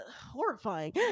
horrifying